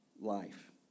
life